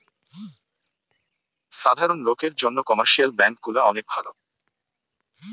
সাধারণ লোকের জন্যে কমার্শিয়াল ব্যাঙ্ক গুলা অনেক ভালো